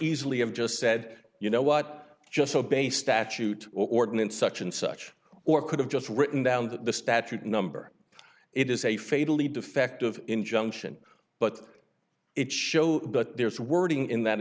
easily have just said you know what just obey statute ordinance such and such or could have just written down the statute number it is a fatally defective injunction but it show but there's wording in that